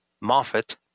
Moffat